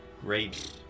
Great